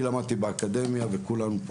אני למדתי באקדמיה ונראה לי כולנו פה